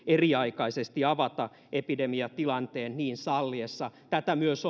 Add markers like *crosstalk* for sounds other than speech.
eriaikaisesti avata epidemiatilanteen niin salliessa myös *unintelligible*